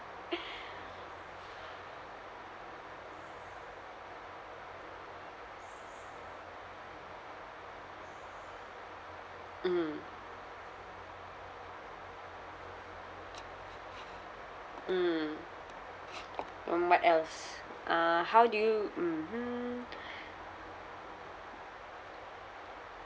mm mm mm what else uh how do you mmhmm